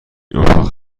اتاق